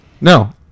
No